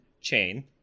chain